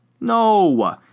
No